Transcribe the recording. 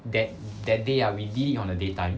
that that day ah we did it on the daytime